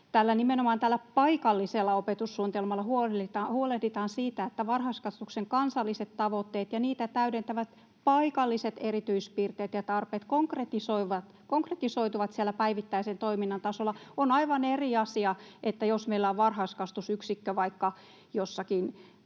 Nimenomaan tällä paikallisella opetussuunnitelmalla huolehditaan siitä, että varhaiskasvatuksen kansalliset tavoitteet ja niitä täydentävät paikalliset erityispiirteet ja ‑tarpeet konkretisoituvat siellä päivittäisen toiminnan tasolla. On aivan eri asia, jos meillä on varhaiskasvatusyksikkö vaikka jossakin